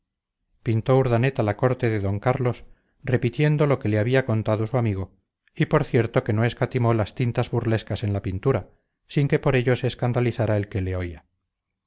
pintó urdaneta la corte de d carlos repitiendo lo que le había contado su amigo y por cierto que no escatimó las tintas burlescas en la pintura sin que por ello se escandalizara el que le oía